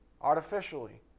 artificially